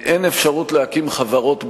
אין אפשרות להקים חברות בע"מ,